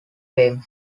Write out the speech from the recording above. fame